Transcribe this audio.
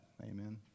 amen